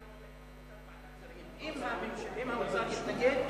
אם האוצר מתנגד,